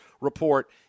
report